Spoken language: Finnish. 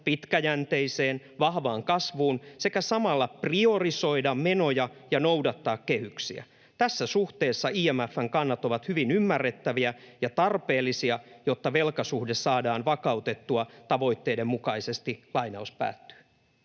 pitkäjänteiseen, vahvaan kasvuun sekä samalla priorisoida menoja ja noudattaa kehyksiä. Tässä suhteessa IMF:n kannat ovat hyvin ymmärrettäviä ja tarpeellisia, jotta velkasuhde saadaan vakautettua tavoitteiden mukaisesti.” Koska,